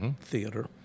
theater